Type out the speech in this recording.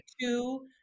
Two